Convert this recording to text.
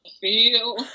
feel